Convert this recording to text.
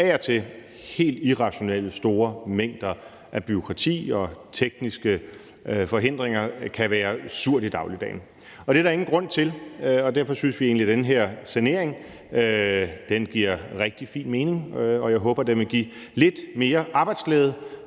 hvordan helt irrationelt store mængder af bureaukrati og tekniske forhindringer af og til kan være surt i dagligdagen. Det er der ingen grund til, og derfor synes vi egentlig, at den her sanering giver rigtig fin mening. Jeg håber, at den vil give lidt mere arbejdsglæde